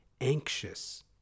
anxious